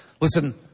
Listen